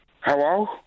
Hello